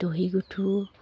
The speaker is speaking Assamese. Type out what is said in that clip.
দহি গুঠোঁ